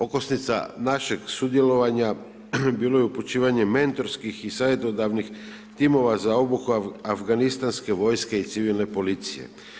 Okosnica našeg sudjelovanja bilo je upućivanje mentorskih i savjetodavnih timova za obuku afganistanske vojske i civilne policije.